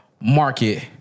market